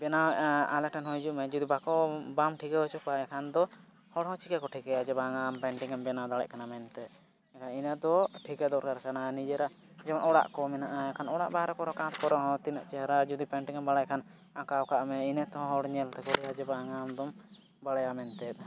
ᱵᱮᱱᱟᱣᱮᱫᱼᱟ ᱟᱞᱮ ᱴᱷᱮᱱ ᱦᱚᱸ ᱦᱤᱡᱩᱜ ᱢᱮ ᱡᱩᱫᱤ ᱵᱟᱠᱚ ᱵᱟᱢ ᱴᱷᱤᱠᱟᱹ ᱦᱚᱪᱚ ᱠᱚᱣᱟ ᱮᱱᱠᱷᱟᱱ ᱫᱚ ᱦᱚᱲᱦᱚᱸ ᱪᱮᱠᱟ ᱠᱚ ᱴᱷᱤᱠᱟᱹᱭᱟ ᱡᱮ ᱵᱟᱝᱟ ᱟᱢ ᱮᱢ ᱵᱮᱱᱟᱣ ᱫᱟᱲᱮᱭᱟᱜ ᱠᱟᱱᱟ ᱢᱮᱱᱛᱮ ᱮᱱᱮᱼᱤᱱᱟᱹ ᱫᱚ ᱴᱷᱤᱠᱟᱹ ᱫᱚᱨᱠᱟᱨ ᱠᱟᱱᱟ ᱱᱤᱡᱮᱨᱟᱜ ᱡᱮᱢᱚᱱ ᱚᱲᱟᱜ ᱠᱚ ᱢᱮᱱᱟᱜᱼᱟ ᱮᱱᱠᱷᱟᱱ ᱚᱲᱟᱜ ᱵᱟᱦᱨᱮ ᱠᱚᱨᱮ ᱠᱟᱸᱛ ᱠᱚᱨᱮ ᱦᱚᱸ ᱛᱤᱱᱟᱹᱜ ᱪᱮᱦᱨᱟ ᱡᱩᱫᱤ ᱮᱢ ᱵᱟᱲᱟᱭ ᱠᱷᱟᱱ ᱟᱸᱠᱟᱣ ᱠᱟᱜ ᱢᱮ ᱤᱱᱟᱹ ᱛᱮᱦᱚᱸ ᱦᱚᱲ ᱧᱮᱞ ᱛᱮᱠᱚ ᱞᱟᱹᱭᱟ ᱡᱮ ᱵᱟᱝᱟ ᱟᱢᱫᱚᱢ ᱵᱟᱲᱟᱭᱟ ᱢᱮᱱᱛᱮ